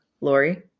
Lori